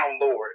Lord